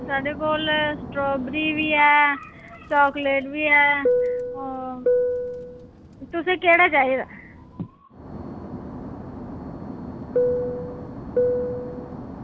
साढ़े कोल स्ट्राबैरी बी ऐ चॉकलेट बी ऐ ओह् तुसें केह्ड़ा चाहिदा